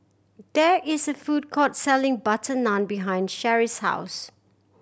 there is a food court selling butter naan behind Sheri's house